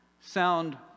sound